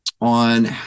on